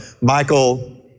Michael